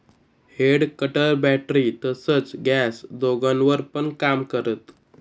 head cutter battery तसच gas दोघांवर पण काम करत